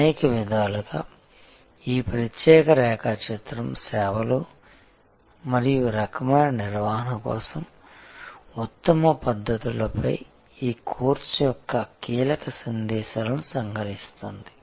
అనేక విధాలుగా ఈ ప్రత్యేక రేఖాచిత్రం సేవలు మరియు రకమైన నిర్వహణ కోసం ఉత్తమ పద్ధతులపై ఈ కోర్సు యొక్క కీలక సందేశాలను సంగ్రహిస్తుంది